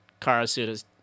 Karasuda's